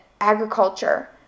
agriculture